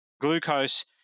glucose